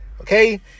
okay